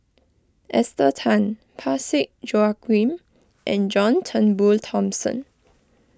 Esther Tan Parsick Joaquim and John Turnbull Thomson